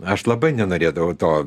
aš labai nenorėdavau to